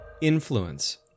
Influence